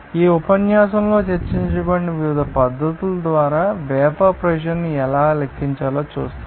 ఈ ఉపన్యాసంలో చర్చించబడిన వివిధ పద్ధతుల ద్వారా వేపర్ ప్రెషర్ న్ని ఎలా లెక్కించాలో చూస్తాం